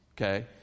Okay